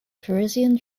parisian